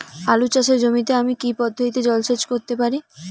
আলু চাষে জমিতে আমি কী পদ্ধতিতে জলসেচ করতে পারি?